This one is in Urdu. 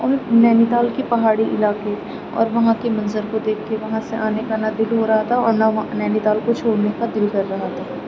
اور نینی تال کے پہاڑی علاقے اور وہاں کے منظر کو دیکھ کے وہاں سے آنے کا نہ دل ہو رہا تھا اور نہ وہاں نینی تال کو چھوڑنے کا دل کر رہا تھا